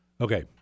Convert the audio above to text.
Okay